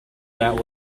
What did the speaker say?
that